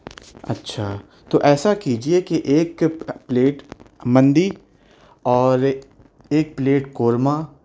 اچھا تو ایسا کیجیے کہ ایک پلیٹ مندی اور ایک پلیٹ قورمہ